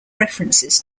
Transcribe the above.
references